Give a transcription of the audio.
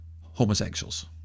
homosexuals